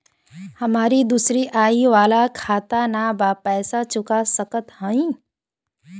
हमारी दूसरी आई वाला खाता ना बा पैसा चुका सकत हई?